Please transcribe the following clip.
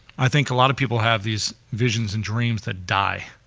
i think a lot of people have these visions and dreams that die,